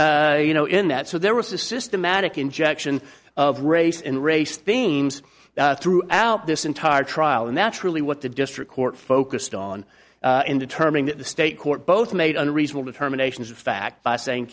but you know in that so there was a systematic injection of race and race themes throughout this entire trial and that's really what the district court focused on in determining that the state court both made unreasonable determinations of fact saying